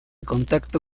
contacto